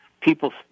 people